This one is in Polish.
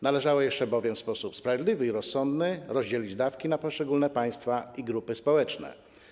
Należało jeszcze bowiem w sposób sprawiedliwy i rozsądny rozdzielić dawki poszczególnym państwom i grupom społecznym.